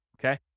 okay